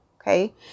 Okay